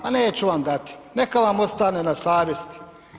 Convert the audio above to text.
Ma neću vam dati, neka vam ostane na savjesti.